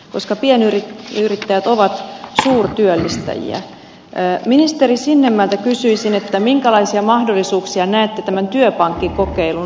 koska pienet virikkeet ovat suurtyöllistäjiä ey ministeri sinnemäeltä kysyisin minkälaisia mahdollisuuksia näette tämän työpankkikokeilun